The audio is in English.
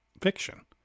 fiction